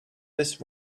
this